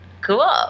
cool